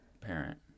parent